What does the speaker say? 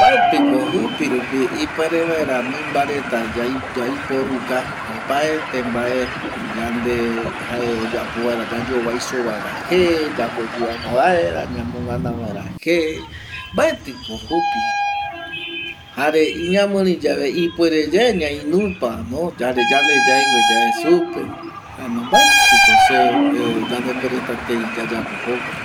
Mbaeti ko jupirupi ipuere vaera mimba reta yaiporuka opaete mbae yande jae oyapo vaera yayovaiso vaera je yamo yuvanga vaera yamo gana vaera je mbaeti ko jupi jare iñamuri yave ipuere yae ñainupa jaema mbaeti ko se ve ipora jokua